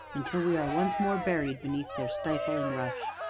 until we are once more buried beneath their stifling rush.